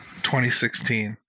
2016